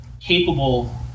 capable